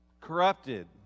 corrupted